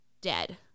dead